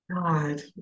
God